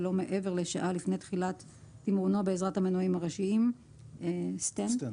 ולא מעבר לשעה לפני תחילת תמרונו בעזרת המנועים הראשיים St .By